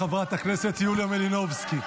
חברת הכנסת יוליה מלינובסקי,